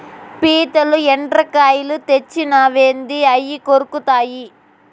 పీతలు, ఎండ్రకాయలు తెచ్చినావేంది అయ్యి కొరుకుతాయి